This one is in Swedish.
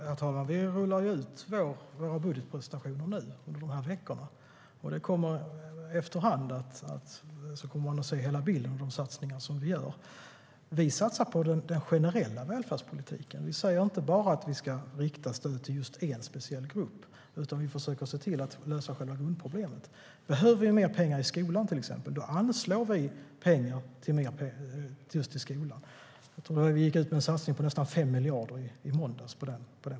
Herr talman! Vi rullar ut våra budgetpresentationer under de här veckorna. Efter hand kommer man att se hela bilden av de satsningar som vi gör. Vi satsar på den generella välfärdspolitiken. Vi säger inte bara att vi ska rikta stöd till just en speciell grupp, utan vi försöker se till att lösa själva grundproblemet. Behöver vi mer pengar i skolan, till exempel, anslår vi pengar just till skolan. Vi gick i måndags ut med en satsning på nästan 5 miljarder på den punkten.